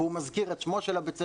והוא מזכיר את שמו של בית הספר.